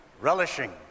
relishing